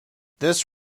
this